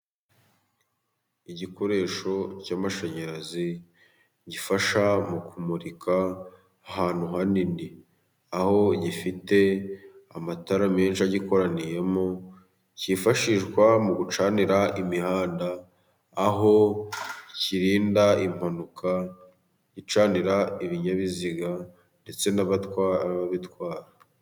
Igikoresho cy'amashanyarazi gifasha mu kumurika ahantu hanini. Aho gifite amatara menshi agikoraniyemo, kifashishwa mu gucanira imihanda, aho kirinda impanuka gicanira ibinyabiziga, ndetse n'ababitwara.